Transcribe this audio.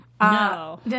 no